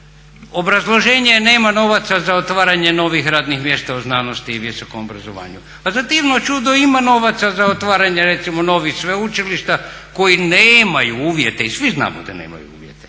Obrazloženje je nema novaca za otvaranje novih radnih mjesta u znanosti i visokom obrazovanju. A za divno čudo ima novaca za otvaranje recimo novih sveučilišta koji nemaju uvjete, i svi znamo da nemaju uvjete,